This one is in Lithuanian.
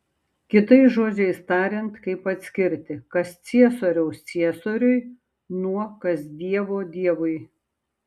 kitais žodžiais tariant kaip atskirti kas ciesoriaus ciesoriui nuo kas dievo dievui